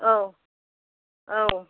औ औ